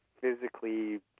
physically